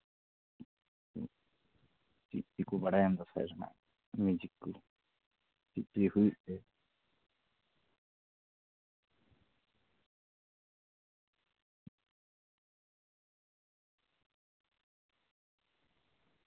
ᱪᱮᱫ ᱪᱮᱫ ᱠᱚ ᱵᱟᱲᱟᱭᱟᱢ ᱫᱟᱸᱥᱟᱭ ᱨᱮᱱᱟᱜ ᱢᱤᱣᱡᱤᱠ ᱠᱚ ᱪᱮᱫ ᱪᱮᱫᱛᱮ ᱦᱩᱭᱩᱜ ᱛᱮ